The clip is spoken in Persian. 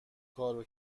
کارو